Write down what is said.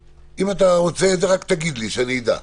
אם אתה רוצה את זה, רק תגיד לי, שאני אדע.